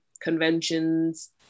conventions